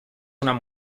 una